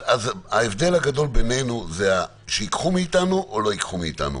אז ההבדל הגדול בינינו זה שייקחו מאיתנו או לא ייקחו מאיתנו.